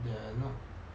they are not